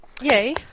yay